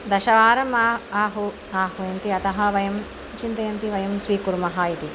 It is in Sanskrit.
दशवारम् आ आहू आह्वयन्ति अतः वयं चिन्तयन्ति वयं स्वीकुर्मः इति